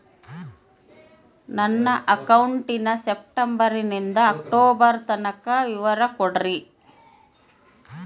ನನ್ನ ಅಕೌಂಟಿನ ಸೆಪ್ಟೆಂಬರನಿಂದ ಅಕ್ಟೋಬರ್ ತನಕ ವಿವರ ಕೊಡ್ರಿ?